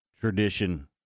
tradition